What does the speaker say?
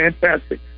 fantastic